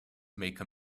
make